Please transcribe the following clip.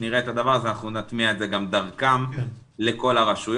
כשנראה את הדבר הזה אנחנו נטמיע את זה גם דרכם לכל הרשויות.